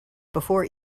before